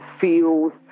feels